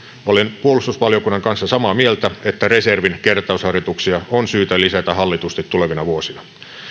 olen puolustusvaliokunnan kanssa samaa mieltä että reservin kertausharjoituksia on syytä lisätä hallitusti tulevina vuosina